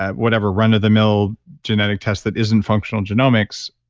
whatever run of the mill genetic test that isn't functional genomics,